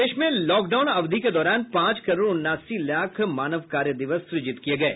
प्रदेश में lockdown अवधि के दौरान पांच करोड़ उनासी लाख मानव कार्य दिवस सृजित किये गये